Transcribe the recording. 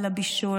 לבישול,